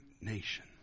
nation